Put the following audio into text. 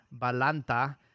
Balanta